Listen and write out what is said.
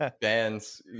bands